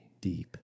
Deep